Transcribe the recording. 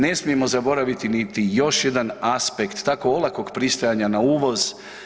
Ne smijemo zaboraviti niti još jedan aspekt tako olakog pristajanja na uvoz.